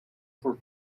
for